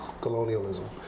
colonialism